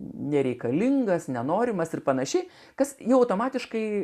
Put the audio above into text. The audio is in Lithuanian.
nereikalingas nenorimas ir panašiai kas jau automatiškai